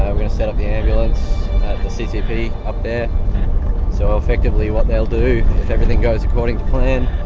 gonna set up the ambulance at the ccp up there so effectively, what they'll do, if everything goes according to plan,